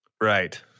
Right